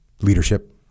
Leadership